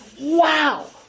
wow